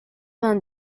vingt